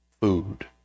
food